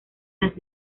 las